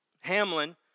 Hamlin